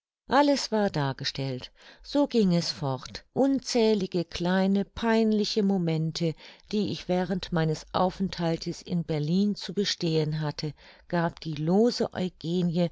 alles war dargestellt so ging es fort unzählige kleine peinliche momente die ich während meines aufenthaltes in berlin zu bestehen hatte gab die lose eugenie